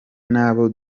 nabo